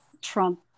Trump